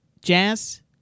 Jazz